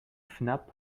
fnap